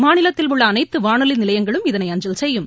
மாநிலத்தில் உள்ள அனைத்து வானொலி நிலையங்களும் இதனை அஞ்சல் செய்யும்